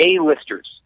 A-listers